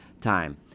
time